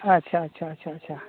ᱟᱪᱪᱷᱟ ᱟᱪᱪᱷᱟ ᱟᱪᱪᱷᱟ ᱟᱪᱪᱷᱟ